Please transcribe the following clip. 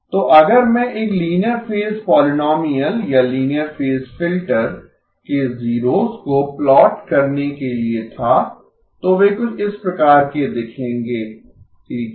तो अगर मैं एक लीनियर फेज पोलिनोमियल या लीनियर फेज फ़िल्टर के जीरोस को प्लॉट करने के लिए था तो वे कुछ इस प्रकार के दिखेंगें ठीक है